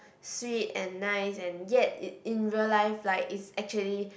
sweet and nice and yet it in real life like it's actually